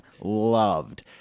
loved